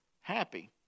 happy